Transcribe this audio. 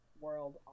world